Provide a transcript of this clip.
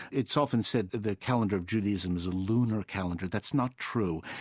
it's often said that the calendar of judaism is a lunar calendar. that's not true.